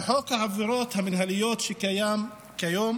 התשפ"ג 2023. בחוק העבירות המינהליות שקיים היום